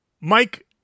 Mike